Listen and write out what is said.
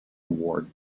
award